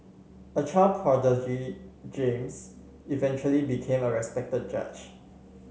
a child prodigy James eventually became a respected judge